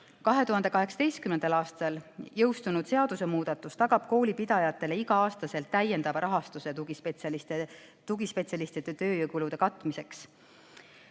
2018. aastal jõustunud seadusemuudatus tagab koolipidajatele igal aastal täiendava rahastuse tugispetsialistide tööjõukulude katmiseks.